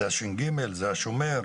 זה הש"ג, זה השומר?